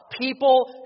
People